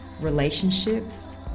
relationships